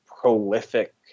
prolific